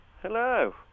Hello